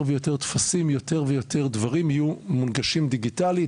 ויותר טפסים ודברים יהיו מונגשים דיגיטלית,